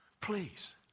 please